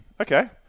Okay